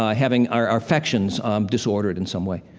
ah having our our affections um disordered in some way.